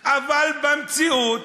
אבל במציאות,